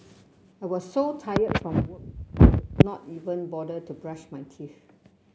I was so tired from work I could not even bother to brush my teeth